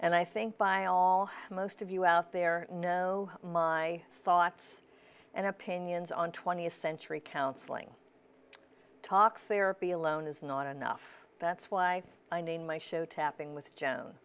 and i think by all most of you out there know my thoughts and opinions on twentieth century counseling talk therapy alone is not enough that's why i named my show tapping with joan